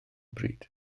bryd